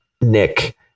Nick